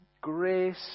Grace